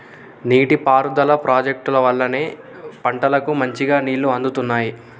నీటి పారుదల ప్రాజెక్టుల వల్లనే పంటలకు మంచిగా నీళ్లు అందుతున్నాయి